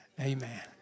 Amen